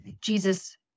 Jesus